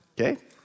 Okay